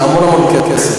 זה המון המון כסף,